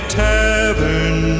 tavern